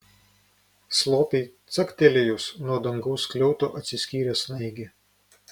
slopiai caktelėjus nuo dangaus skliauto atsiskyrė snaigė